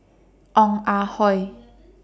Ong Ah Hoi